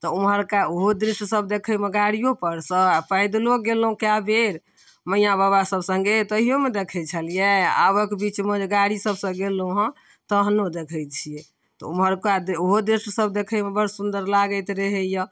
तऽ ओम्हरका ओहो दृष्यसब गाड़िओपरसँ आओर पैदलो गेलहुँ कएक बेर मइआ बाबासभ सङ्गे तहिओमे देखै छलिए आबके बीचमे जे गाड़ीसबसँ गेलहुँ हँ तहनो देखै छिए तऽ ओम्हरका ओहो दृष्यसब देखैमे बड़ सुन्दर लागैत रहैए